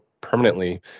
permanently